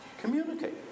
communicate